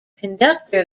conductor